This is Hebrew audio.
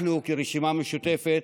אנחנו ברשימה המשותפת,